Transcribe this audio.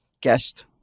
guest